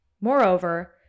Moreover